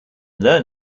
learn